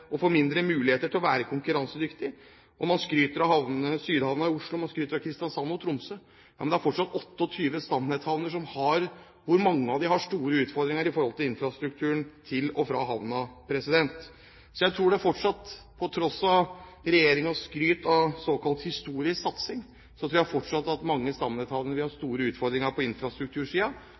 å være konkurransedyktige. Man skryter av Sydhavna i Oslo, man skryter av Kristiansand og Tromsø, men det er fortsatt 28 stamnetthavner som – mange av dem – har store utfordringer med tanke på infrastrukturen til og fra havna. Så jeg tror, på tross av regjeringens skryt av såkalt historisk satsing, at mange stamnetthavner fortsatt vil ha store utfordringer på